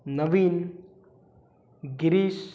Naveen Girish